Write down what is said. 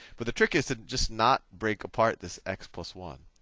but the trick is to just not break apart this x plus one.